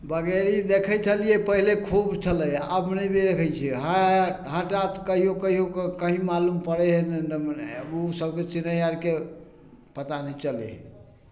बगेरी देखैत छलियै पहिले खूब छलै आब नहि देखैत छियै हँ हठात कहिओ कहिओके कही मालूम पड़य हय ओ सबके चिड़ै आरके पता चनहि लै हय